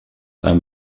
einem